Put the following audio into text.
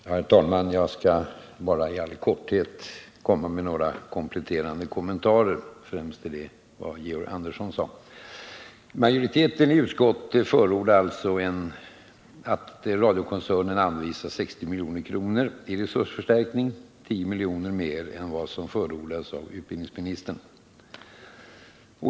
Herr talman! Jag skall bara i all korthet komma med några kompletterande kommentarer, främst till det som Georg Andersson sade. Majoriteten i utskottet förordar alltså att radiokoncernen anvisas 60 milj.kr. i resursförstärkning — 10 milj.kr. mer än som förordats av utbildningsministern.